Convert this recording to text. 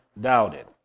doubted